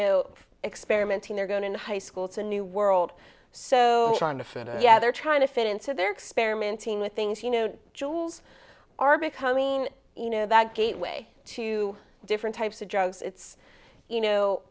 know experimenting they're going in high school it's a new world so yeah they're trying to fit into their experiment with things you know jewels are becoming you know that gateway to different types of drugs it's you know